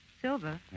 Silver